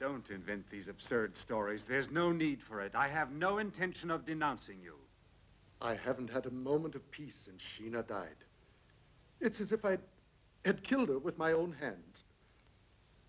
don't invent these absurd stories there's no need for i have no intention of denouncing you i haven't had a moment of peace and she died it's as if i had killed it with my own hands